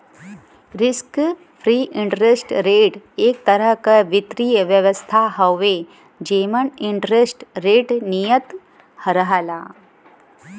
risk free interest rate एक तरह क वित्तीय व्यवस्था हउवे जेमन इंटरेस्ट रेट नियत रहला